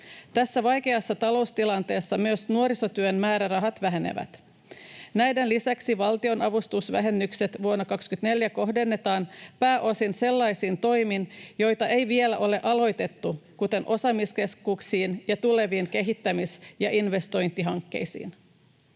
Tässä vaikeassa taloustilanteessa myös nuorisotyön määrärahat vähenevät. Näiden lisäksi valtionavustusvähennykset vuonna 24 kohdennetaan pääosin sellaisiin toimiin, joita ei vielä ole aloitettu, kuten osaamiskeskuksiin ja tuleviin kehittämis‑ ja investointihankkeisiin.